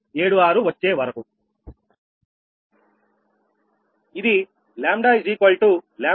76 వచ్చేవరకు